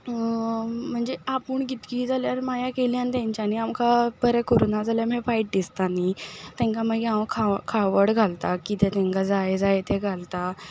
म्हणजे आपूण कितकी जाल्यार माया केली आनी तेच्यांनी आमकां बरें करूना जाल्यार मागीर वायट दिसता न्ही तेंका मागीर हांव खा खावड घालतां कितें तेंका जाय जाय तें घालता